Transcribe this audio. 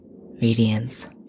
Radiance